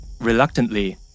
Reluctantly